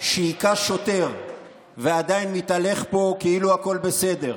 שהכה שוטר ועדיין מתהלך פה כאילו הכול בסדר.